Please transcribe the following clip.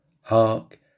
Hark